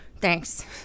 Thanks